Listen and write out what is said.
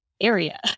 area